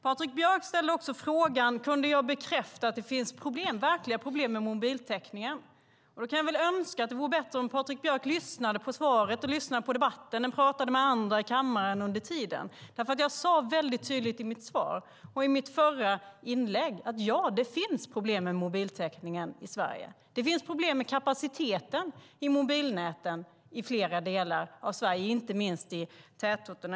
Patrik Björck ställde frågan om jag kunde bekräfta att det finns verkliga problem med mobiltäckningen. Då kan jag väl tycka att det vore bättre om Patrik Björck lyssnade på svaret och lyssnade på debatten än pratade med andra i kammaren under tiden. Jag sade nämligen väldigt tydligt i mitt svar och i mitt förra inlägg: Ja, det finns problem med mobiltäckningen i Sverige. Det finns problem med kapaciteten i mobilnäten i flera delar av Sverige, inte minst i tätorterna.